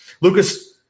Lucas